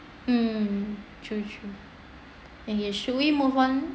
mm ya should we move on